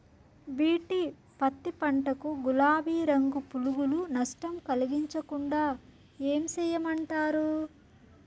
BT పత్తి పంట కు, గులాబీ రంగు పులుగులు నష్టం కలిగించకుండా ఏం చేయమంటారు?